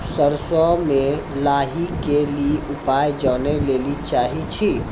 सरसों मे लाही के ली उपाय जाने लैली चाहे छी?